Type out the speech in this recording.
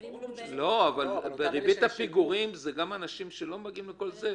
ברור לנו --- בריבית הפיגורים זה גם אנשים שלא מגיעים לכל זה,